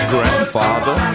Grandfather